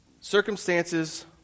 circumstances